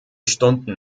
stunden